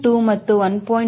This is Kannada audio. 2 ಮತ್ತು 1